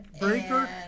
Breaker